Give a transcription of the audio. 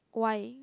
why